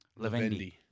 Lavendi